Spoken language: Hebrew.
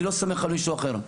אני לא סומך על מישהו אחר.